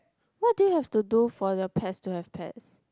what do you have to do for the pets to have pets